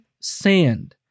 sand